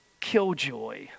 killjoy